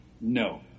No